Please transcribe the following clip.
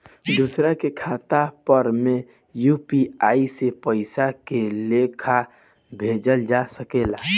दोसरा के खाता पर में यू.पी.आई से पइसा के लेखाँ भेजल जा सके ला?